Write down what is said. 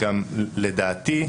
לדעתי,